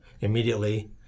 immediately